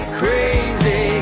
crazy